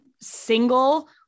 single